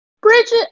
Bridget